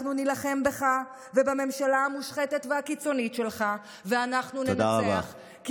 אנחנו נילחם בך ובממשלה המושחתת והקיצונית שלך ואנחנו ננצח,